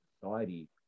society